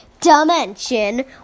dimension